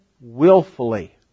willfully